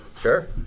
Sure